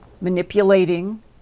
manipulating